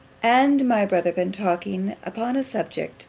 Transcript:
and my brother been talking upon a subject